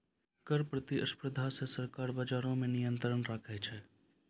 कर प्रतिस्पर्धा से सरकार बजारो पे नियंत्रण राखै छै